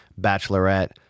bachelorette